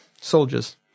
Soldiers